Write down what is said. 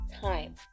time